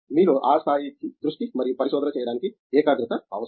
మీలో ఆ స్థాయికి దృష్టి మరియు పరిశోధన చేయడానికి ఏకాగ్రత అవసరం